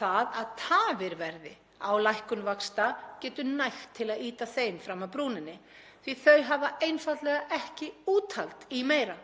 Það að tafir verði á lækkun vaxta getur nægt til að ýta þeim fram af brúninni því þau hafa einfaldlega ekki úthald í meira.